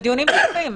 אלו דיונים דחופים,